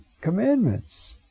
commandments